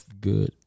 Good